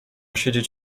siedzieć